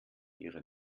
ihre